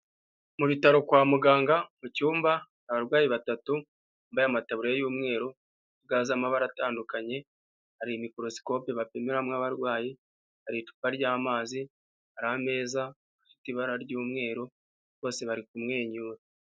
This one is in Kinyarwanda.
Mu bitaro kwa muganga mu cyumba, abarwayi batatu bambaye amataburiya y'umweru, ga z'amabara atandukanye, hari microscope bapimiramo abarwayi, hari icupa ry'amazi, hari ameza afite ibara ry'umweru bose bari kumwenyura.